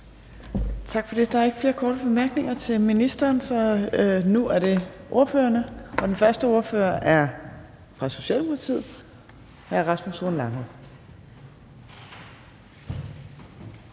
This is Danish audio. Tak for det. Der er ikke flere korte bemærkninger til ministeren, så nu er det ordførerne. Den første ordfører er fra Socialdemokratiet, og det er hr. Rasmus Horn Langhoff.